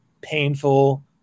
painful